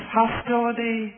hostility